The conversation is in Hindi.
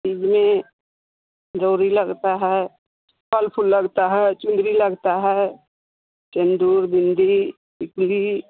गौरी लगता है फल फूल लगता है चुनरी लगता है सिंदूर बिंदी टिकली